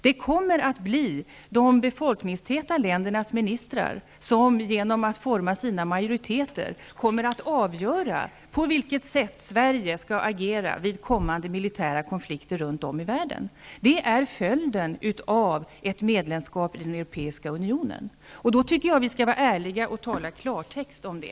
Det kommer att bli de befolkningstäta ländernas ministrar som genom att forma sina majorieter kommer att avgöra på vilket sätt Sverige skall agera vid kommande militära konflikter runt om i världen. Det är följden av ett medlemskap i den europeiska unionen. Jag tycker då att vi skall vara ärliga nog att tala i klartext om det.